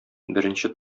беренче